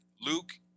Luke